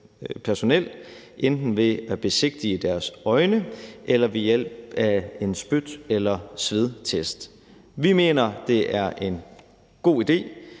enten ved at besigtige deres øjne eller ved hjælp af en spyt- eller svedtest. Vi mener, det er en god idé,